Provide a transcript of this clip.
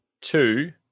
Two